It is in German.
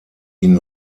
ihn